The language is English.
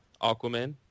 Aquaman